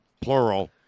plural